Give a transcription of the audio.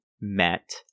met